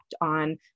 on